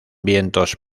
vientos